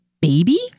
baby